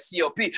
COP